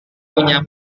punya